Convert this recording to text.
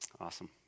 Awesome